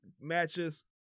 matches